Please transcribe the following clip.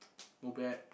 go bad